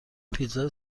پیتزای